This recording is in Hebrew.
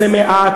זה מעט,